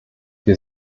wir